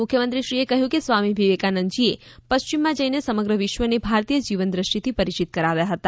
મુખ્યમંત્રીશ્રીએ કહ્યું કે સ્વામી વિવેકાનંદજીએ પશ્ચિમમાં જઈને સમગ્ર વિશ્વને ભારતીય જીવન દ્રષ્ટિથી પરિચિત કરાવ્યા હતા